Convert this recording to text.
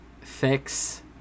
fix